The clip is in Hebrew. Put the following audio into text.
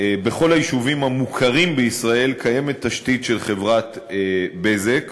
בכל היישובים המוכרים בישראל קיימת תשתית של חברת "בזק",